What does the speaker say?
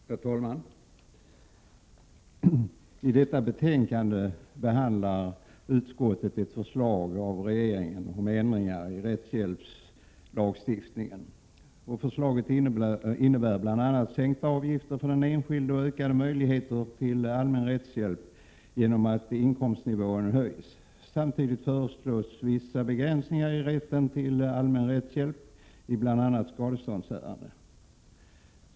Herr talman! I detta betänkande behandlar utskottet ett förslag av regeringen om ändringar i rättshjälpslagstiftningen. Förslaget innebär bl.a. sänkta avgifter för den enskilde och ökade möjligheter till allmän rättshjälp genom att inkomstnivån höjs. Samtidigt föreslås vissa begränsningar i rätten till allmän rättshjälp i bl.a. skadeståndsärenden.